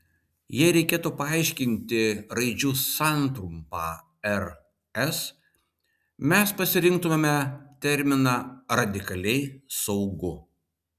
jei reikėtų paaiškinti raidžių santrumpą rs mes pasirinktumėme terminą radikaliai smagu